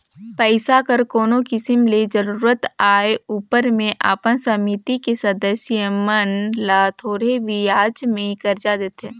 पइसा कर कोनो किसिम ले जरूरत आए उपर में अपन समिति के सदस्य मन ल थोरहें बियाज में करजा देथे